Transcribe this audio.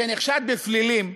שנחשד בפלילים,